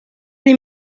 des